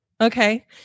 Okay